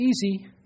Easy